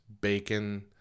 bacon